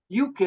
UK